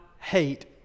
hate